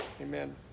amen